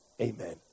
Amen